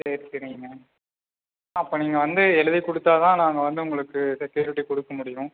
சரி சரிங்க அப்போ நீங்கள் வந்து எழுதி கொடுத்தா தான் நாங்கள் வந்து உங்களுக்கு செக்யூரிட்டி கொடுக்க முடியும்